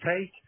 take